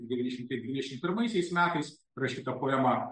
devyni šimtai dvidešimt pirmaisiais metais rašyta poema